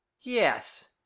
Yes